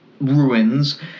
ruins